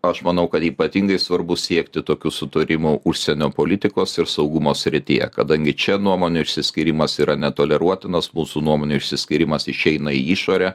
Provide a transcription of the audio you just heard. aš manau kad ypatingai svarbu siekti tokių sutarimų užsienio politikos ir saugumo srityje kadangi čia nuomonių išsiskyrimas yra netoleruotinas mūsų nuomonių išsiskyrimas išeina į išorę